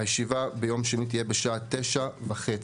הישיבה ביום שני תהיה בשעה 09:30